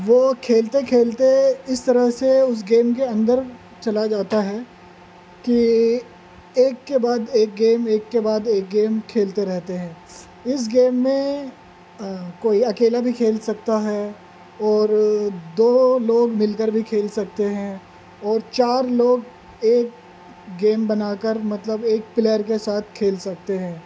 وہ کھیلتے کھیلتے اس طرح سے اس گیم کے اندر چلا جاتا ہے کہ ایک کے بعد ایک گیم ایک کے بعد ایک گیم کھیلتے رہتے ہیں اس گیم میں کوئی اکیلا بھی کھیل سکتا ہے اور دو لوگ مل کر بھی کھیل سکتے ہیں اور چار لوگ ایک گیم بنا کر مطلب ایک پلیئر کے ساتھ کھیل سکتے ہیں